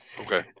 Okay